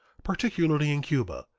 particularly in cuba,